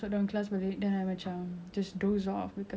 I still have hours in school and I'm trying to like